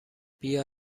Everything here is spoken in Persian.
بیا